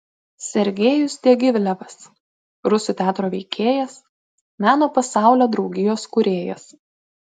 sergejus diagilevas rusų teatro veikėjas meno pasaulio draugijos kūrėjas